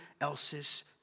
else's